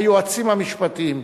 היועצים המשפטיים,